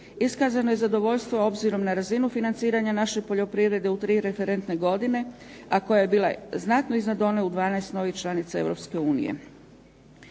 Iskazano je zadovoljstvo obzirom na razinu financiranja naše poljoprivrede u tri referentne godine, a koja je bila znatno iznad one u 12 novih članica